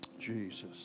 Jesus